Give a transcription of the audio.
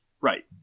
Right